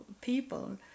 people